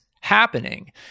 happening